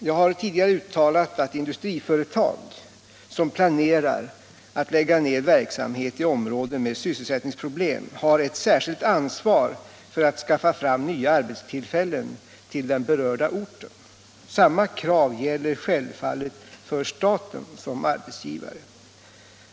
Jag har tidigare uttalat att industriföretag som planerar att lägga ned verksamhet i områden med sysselsättningsproblem har ett särskilt ansvar för att skaffa fram nya arbetstillfällen till den berörda orten. Samma krav gäller självfallet för staten som arbetsgivare.